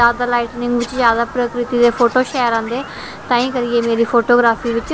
जां भी लाईटनिंग बिच जैदा प्रकृति दे फोटू जैदा शैल औंदे ताहीं करियै मेरी फोटोग्रॉफी बिच